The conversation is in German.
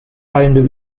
fallende